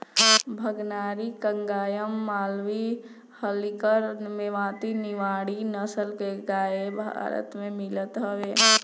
भगनारी, कंगायम, मालवी, हल्लीकर, मेवाती, निमाड़ी नसल के गाई भारत में मिलत हवे